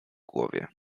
głowie